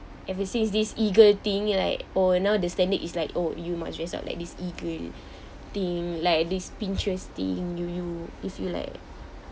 ever since these E girl thing like oh now the standard is like oh you must dress up like this E girl thing like this pinterest thing you you if you like